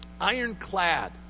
ironclad